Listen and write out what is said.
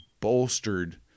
bolstered